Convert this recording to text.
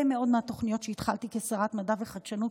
מאוד מהתוכניות שהתחלתי כשרת מדע וחדשנות,